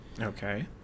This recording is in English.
okay